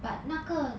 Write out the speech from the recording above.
but 那个